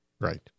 Right